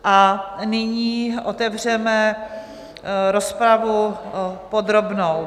A nyní otevřeme rozpravu podrobnou.